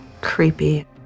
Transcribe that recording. creepy